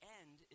end